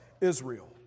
Israel